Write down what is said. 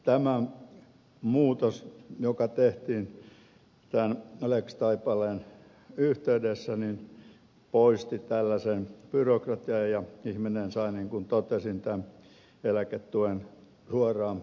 tämä muutos joka tehtiin tämän lex taipaleen yhteydessä poisti tällaisen byrokratian ja ihminen sai niin kuin totesin tämän eläketuen suoraan kotiinsa